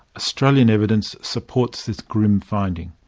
australian evidence supports this grim finding.